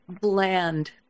bland